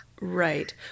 Right